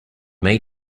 may